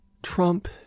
Trump